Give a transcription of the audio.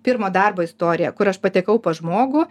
pirmo darbo istoriją kur aš patekau pas žmogų